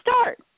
start